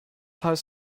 heißt